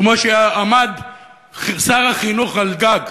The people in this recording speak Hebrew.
כמו שעמד שר החינוך על גג,